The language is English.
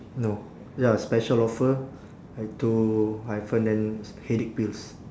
no ya special offer uh two hyphen then headache pills